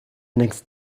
next